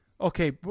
okay